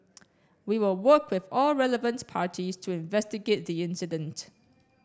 we will work with all relevant parties to investigate the incident